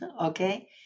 okay